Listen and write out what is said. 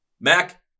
Mac